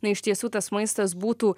na iš tiesų tas maistas būtų